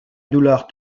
douleur